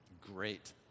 great